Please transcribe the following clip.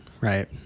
right